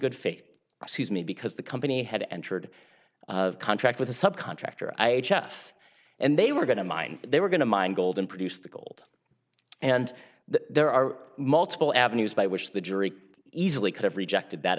good faith sees me because the company had entered a contract with a subcontractor i have and they were going to mine they were going to mine gold and produce the gold and that there are multiple avenues by which the jury easily could have rejected that